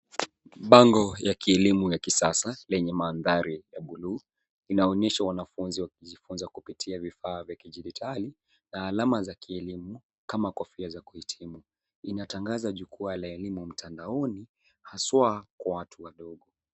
Bango ya kielimu ya kisasa lenye mandhari ya buluu inaonyesha wanafunzi wakijifunza kupitia vifaa vya kidijitali na alama za kielimu kama kofia za kuhitimu . Inatangaza jukwaa la elimu mtandaoni, haswa kwa watu wadogo.